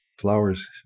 flowers